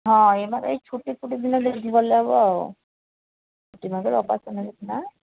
ହଁ ଏମାନେ ଏଇ ଛୁଟି ଫୁଟି ଦିନ ଦେଖିକି ଗଲେ ହେବ ଛୁଟି ଦିନ ରବିବାର ଫବିବାର ନା